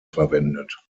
verwendet